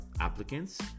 applicants